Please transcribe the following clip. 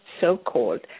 so-called